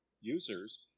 users